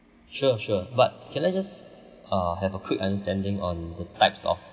sure sure but can I just uh have a quick understanding on the types of